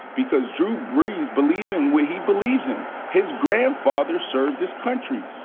because drew brees believing what he believes in, his grandfather served this country.